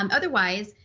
um otherwise,